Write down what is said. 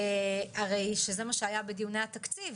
הרי שזה מה שהיה בדיוני התקציב,